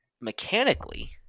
Mechanically